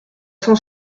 cent